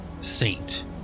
saint